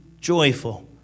joyful